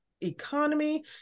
economy